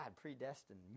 predestined